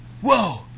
Whoa